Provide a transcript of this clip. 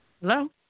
hello